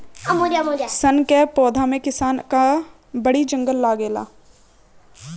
सन कअ पौधा में किसानन कअ बड़ी जांगर लागेला